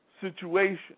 situation